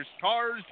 cars